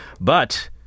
But-